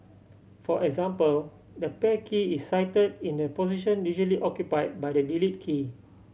for example the pair key is site in the position usually occupy by the delete key